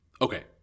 Okay